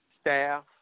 staff